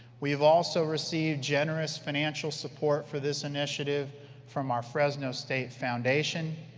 we have also received generous financial support for this initiative from our fresno state foundation,